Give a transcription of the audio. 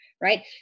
right